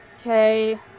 Okay